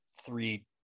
three